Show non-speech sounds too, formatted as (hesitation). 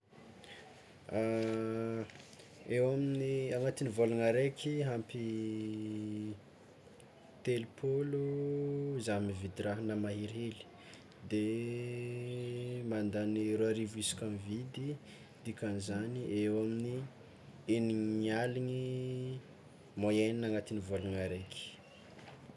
(hesitation) Eo amin'ny agnatin'ny vôlagna araiky ampy telopolo zah mividy raha na mahery hely de mandany roa arivo isaka mividy dikan'izany eo amin'ny eniny aligny moyenne agnatin'ny vôlagna araiky.